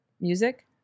Music